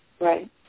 Right